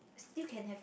still can have